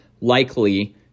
likely